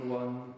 one